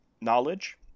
knowledge